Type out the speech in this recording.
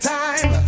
time